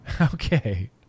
Okay